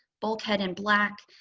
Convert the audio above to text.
bulkhead in black,